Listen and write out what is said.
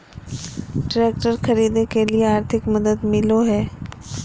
Tractor खरीदे के लिए आर्थिक मदद मिलो है?